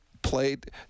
played